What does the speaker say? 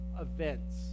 events